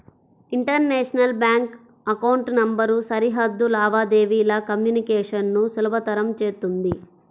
international bank account number సరిహద్దు లావాదేవీల communication ను సులభతరం చేత్తుంది